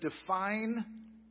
define